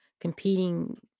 competing